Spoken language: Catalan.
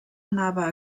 anava